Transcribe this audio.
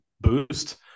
boost